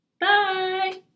Bye